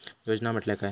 योजना म्हटल्या काय?